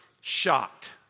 shocked